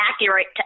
accurate